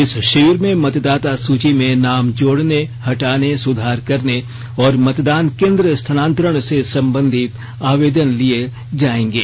इस शिविर में मतदाता सूची में नाम जोड़ने हटाने सुधार करने और मतदान केंद्र स्थानांतरण से संबंधित आवेदन लिए जाएंगे